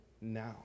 now